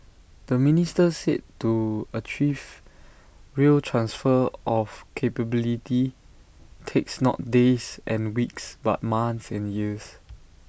the minister said to achieve real transfer of capability takes not days and weeks but months and years